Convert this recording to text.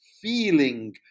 feeling